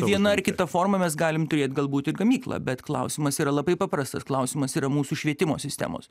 viena ar kita forma mes galim turėt galbūt ir gamyklą bet klausimas yra labai paprastas klausimas yra mūsų švietimo sistemos